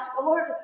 Lord